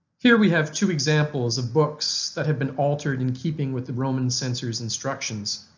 here we have two examples of books that have been altered in keeping with the roman censors' instructions.